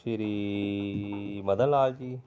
ਸ਼੍ਰੀ ਮਦਨ ਲਾਲ ਜੀ